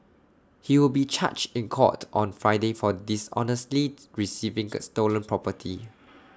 he will be charged in court on Friday for dishonestly receiving can stolen property